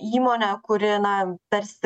įmonė kuri na tarsi